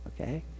Okay